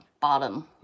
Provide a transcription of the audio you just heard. bottom